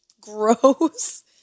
gross